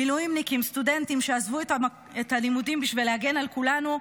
מילואימניקים סטודנטים שעזבו את הלימודים בשביל להגן על כולנו,